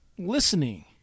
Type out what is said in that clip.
Listening